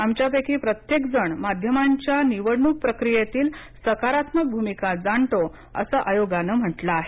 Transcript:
आमच्यापैकी प्रत्येकजण माध्यमांच्या निवडणूक प्रक्रियेतील सकारात्मक भूमिका जाणतो असं आयोगानं म्हटलं आहे